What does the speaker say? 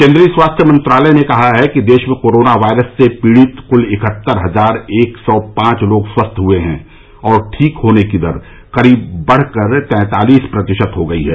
केन्द्रीय स्वास्थ्य मंत्रालय ने कहा है कि देश में कोरोना वायरस से पीडित कुल इकहत्तर हजार एक सौ पांच लोग स्वस्थ हुए हैं और ठीक होने की दर बढ़कर करीब तैंतालीस प्रतिशत हो गई है